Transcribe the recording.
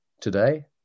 today